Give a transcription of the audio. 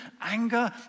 anger